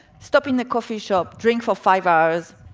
stop in a coffee shop, drink for five hours.